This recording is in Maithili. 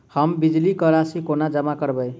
हम बिजली कऽ राशि कोना जमा करबै?